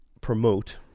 promote